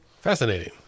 Fascinating